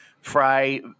Fry